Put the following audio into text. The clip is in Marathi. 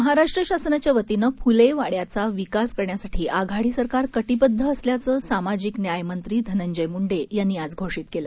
महाराष्ट्र शासनाच्या वतीनं फुले वाड्याचा विकास करण्यासाठी आघाडी सरकार कटिबद्ध असल्याचं सामाजिक न्याय मंत्री धनंजय मुंडे यांनी आज घोषित केलं